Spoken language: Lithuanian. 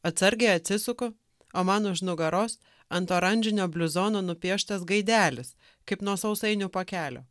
atsargiai atsisuku o man už nugaros ant oranžinio bliuzono nupieštas gaidelis kaip nuo sausainių pakelio